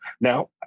Now